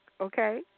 okay